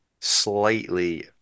slightly